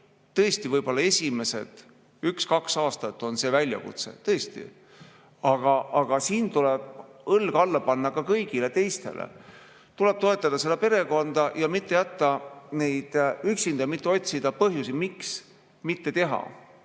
Tõesti, võib-olla esimesed üks-kaks aastat on see väljakutse, aga siin tuleb õlg alla panna ka kõigi teiste [abistamiseks], tuleb toetada seda perekonda ja mitte jätta neid üksinda, mitte otsida põhjusi, miks seda mitte teha.